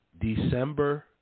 December